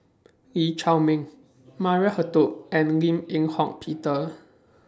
Lee Chiaw Meng Maria Hertogh and Lim Eng Hock Peter